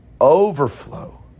overflow